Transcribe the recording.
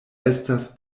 estas